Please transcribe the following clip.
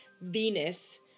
Venus